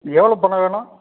எவ்வளோ பணம் வேணும்